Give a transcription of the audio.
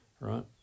right